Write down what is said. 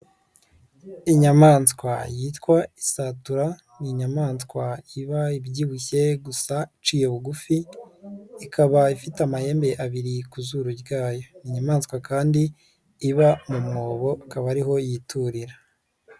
Inyamaswa yitwa isatura ni inyamaswa iba ibyibushye gusa iciye bugufi ikaba ifite amahembe abiri ku zuru ryayo, ni inyamaswa kandi iba mu mwobo akaba ari ho yiturira.